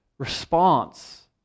response